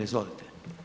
Izvolite.